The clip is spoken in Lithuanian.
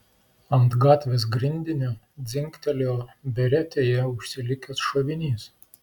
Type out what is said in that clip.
ant gatvės grindinio dzingtelėjo beretėje užsilikęs šovinys